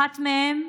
אחת מהן,